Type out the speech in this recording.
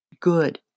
good